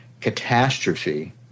catastrophe